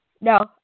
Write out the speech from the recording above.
No